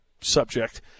subject